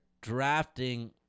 drafting –